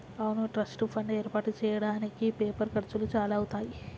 అవును trust fund ఏర్పాటు చేయడానికి పేపర్ ఖర్చులు చాలా అవుతాయి